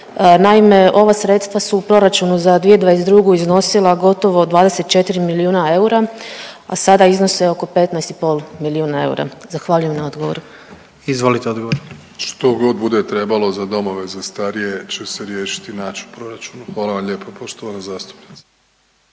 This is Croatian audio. Naime, ova sredstva su u proračunu za 2022. iznosila gotovo 24 milijuna eura, a sada iznose oko 15 i pol milijuna eura. Zahvaljujem na odgovoru. **Jandroković, Gordan (HDZ)** Izvolite odgovor. **Plenković, Andrej (HDZ)** Što god bude trebalo za domove za starije će se riješiti, naći u proračunu. Hvala vam lijepa poštovana zastupnice.